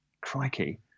crikey